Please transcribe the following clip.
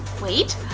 wait.